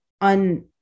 on